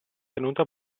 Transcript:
tenuto